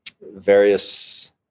various